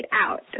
out